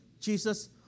Jesus